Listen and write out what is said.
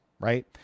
right